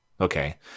Okay